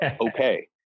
okay